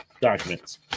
documents